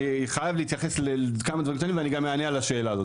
אני חייב להתייחס לכמה דברים קטנים ואני גם אענה על השאלה הזו.